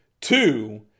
Two